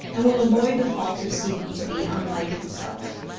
and will avoid the fault of seeming to be unlike himself.